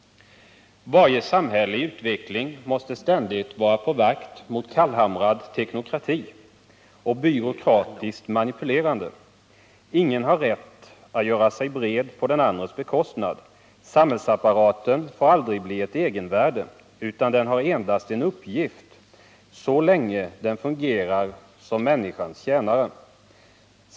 Varje samhälle i utveckling måste ständigt vara på vakt mot kallhamrad teknokrati och byråkratiskt manipulerande. Ingen har rätt att göra sig bred på den andres bekostnad. Samhällsapparaten får aldrig bli ett egenvärde, utan den har endast en uppgift så länge den fungerar som människans tjänare.